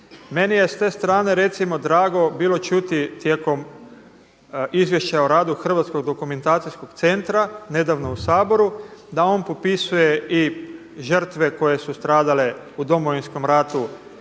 Meni je s te strane recimo drago bilo čuti tijekom izvješća o radu Hrvatskog dokumentacijskog centra nedavno u Saboru da on popisuje i žrtve koje su stradale u Domovinskom ratu